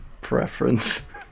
preference